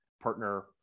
partner